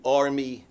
army